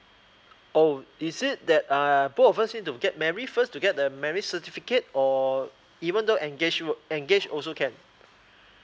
oh is it that uh both of us need to get marry first to get the marriage certificate or even though engage would engage also can